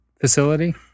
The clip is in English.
facility